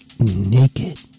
naked